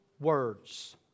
words